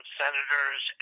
senators